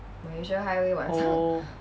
oh